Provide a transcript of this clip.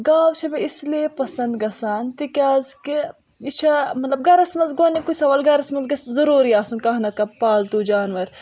گاو چھے مےٚ اِسی لیے پسند گَژھان تہِ کیاز کہِ یہِ چھےٚ مطلب گَرس منٛز گۄڈنیکُے سوال گَرس منٛز گَژھہِ ضروری آسُن کانہہ نَتہٕ کانہہ پالتو جانور